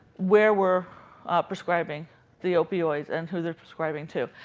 where we're prescribing the opioids and who they're prescribing to.